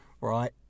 right